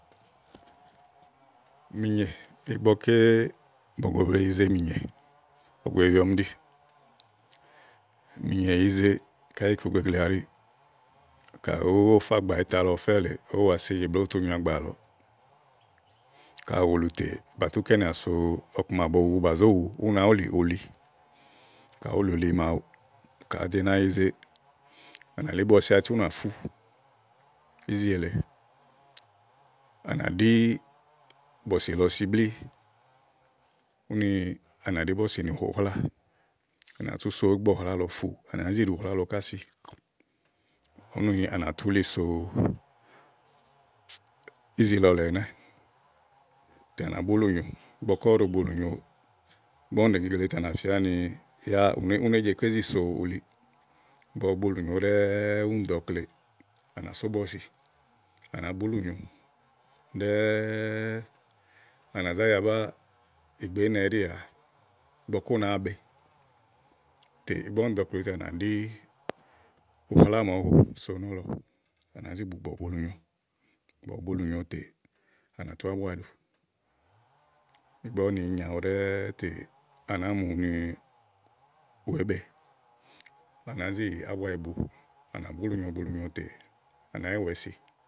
Mìnyè, ígbɔké bògò be yize mìnyè ògòèbi ɔmi ɖi mìnyè èyize, káyí ikugeglea ɛɖíì. káyi ówò òó fa gbɔ̀ɔ àyíta lɔ ɔfɛ́ lèe kayu ù wulu tè bà tú kɛnìà so ɔku màa ùú wulì uli màawu, ka àá do nàáa yize à nà lí bɔ̀sɔ̀ áyiti, ú nà fú ízi èle. À nà ɖí bɔ̀sì lɔ si blíí. únià nàɖí bɔ̀sì nì hò ùhlàa à nà tú so ígbɔ ùhlàa lɔ fu, à nàá zi ɖìi úhláa lɔ ká si úni à nà tú uli so, ízi lɔ leè ɛnɛ́, tè à nà búlùnyo ígbɔké ɔwɛ ɖòo bulùnyo, ígbɔ úni ɖée gegle tè à fíá ni yá ú né ké zi soò uli, ígbɔ ɔwɔ bulùnyo ɖɛ́ɛ́ɛ úni dò ɔkle, à nà só bɔ̀sì, à nà búlùnyo ɖɛ́ɛ́ɛ́ɛ à nà zà ya báá ìgbè íinnɛ ɛɖí yàaa, ígbɔké ú náa be, tè ígbɔ úni dò ɔkle tè à nàɖì ùhláa màa ɔwɔ hò so nɔ̀lɔ, à nàá zi gbùgbɔ̀ bulùnyo. ígbɔ ɔwɔ bulùnyo tè à nà tù ábua ɖù. ígbɔ úni nyo awu ɖɛ́ɛ́ tè à nàáa mú ni ù wèé be à nàá zi yi ábua yi bu, à nà búlùnyo, bulù nyo tè à nàá yi wɛ̀ɛsi.